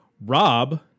rob